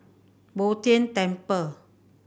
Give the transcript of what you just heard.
Bo Tien Temple